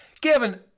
Gavin